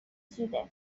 زوده